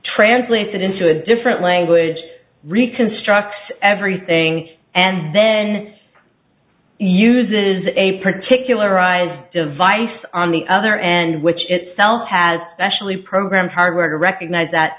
translated into a different language reconstruct everything and then uses a particular arised device on the other end which itself has actually programmed hardware to recognize that